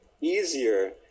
easier